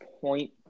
point